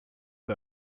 her